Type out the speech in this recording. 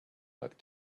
not